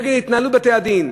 נגד התנהלות בתי-הדין,